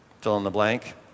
fill-in-the-blank